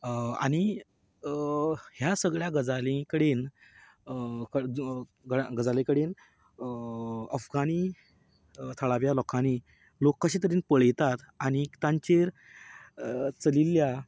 आनी ह्या सगळ्यां गजालीं कडेन तडजोड गजाली कडेन अफगानी थळाव्या लोकांनी लोक कशें तरेन पळयतात आनी तांचेर चलिल्ल्या